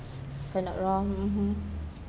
if I'm not wrong mmhmm